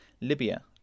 Libya